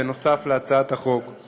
נוסף על הצעת החוק,